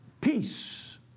peace